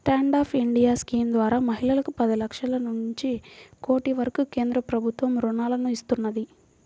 stand up India scheme ద్వారా మహిళలకు పది లక్షల నుంచి కోటి వరకు కేంద్ర ప్రభుత్వం రుణాలను ఇస్తున్నది